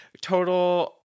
total